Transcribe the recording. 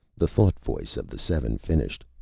the thought-voice of the seven finished,